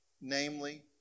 namely